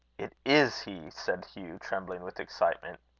it is he! said hugh, trembling with excitement.